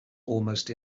almost